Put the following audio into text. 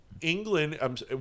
England